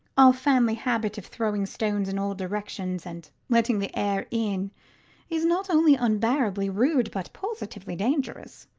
our family habit of throwing stones in all directions and letting the air in is not only unbearably rude, but positively dangerous.